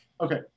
Okay